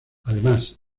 además